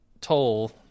toll—